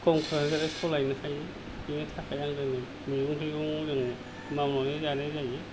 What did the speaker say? खम खमावनो सोलायनो हायो बेनि थाखाय आङो मैगं थाइगं मावनानै जानाय जायो